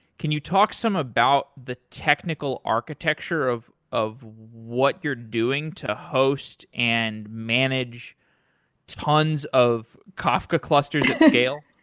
can you talk some about the technical architecture of of what you're doing to host and manage tons of kafka clusters scale?